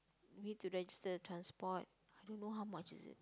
you need to register the transport I don't know how much is it